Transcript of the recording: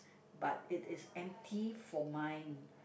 but it is empty for mine